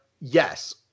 yes